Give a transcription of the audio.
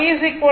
i 100